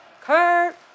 Kurt